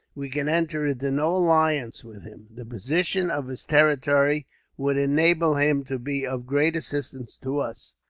we can enter into no alliance with him. the position of his territory would enable him to be of great assistance to us,